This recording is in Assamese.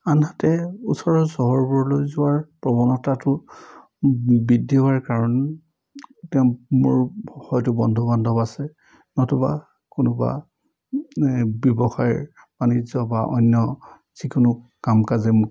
আনহাতে ওচৰৰ চহৰবোৰলৈ যোৱাৰ প্ৰৱণতাটো বৃদ্ধি হোৱাৰ কাৰণ তেওঁ মোৰ হয়তো বন্ধু বান্ধৱ আছে নতুবা কোনোবা এই ব্যৱসায় বাণিজ্য বা অন্য যিকোনো কাম কাজে মোক